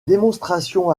démonstrations